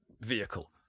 vehicle